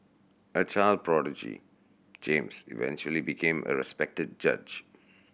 a child prodigy James eventually became a respected judge